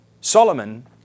Solomon